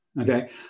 Okay